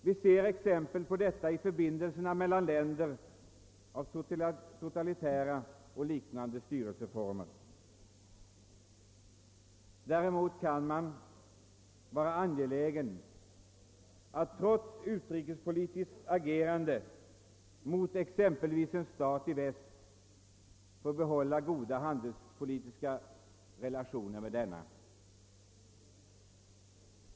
Vi ser exempel på detta i förbindelserna mellan länder med totalitära och liknande styrelseformer. Däremot kan sådana länder vara angelägna att trots utrikespolitiskt agerande mot exempelvis en stat i väst behålla goda handelspolitiska relationer med denna stat.